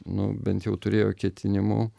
nu bent jau turėjo ketinimų